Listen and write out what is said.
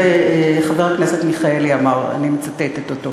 זה חבר הכנסת מיכאלי אמר, אני מצטטת אותו.